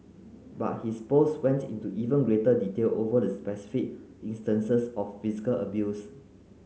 but his post went into even greater detail over the specific instances of physical abuse